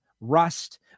rust